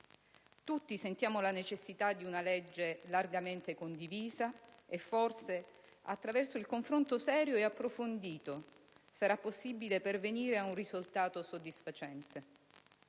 Tutti sentiamo la necessità di una legge largamente condivisa e, forse, attraverso il confronto serio ed approfondito, sarà possibile pervenire ad un risultato soddisfacente.